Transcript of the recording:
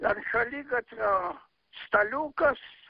ant šaligatvio staliukas